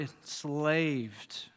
enslaved